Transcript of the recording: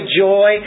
joy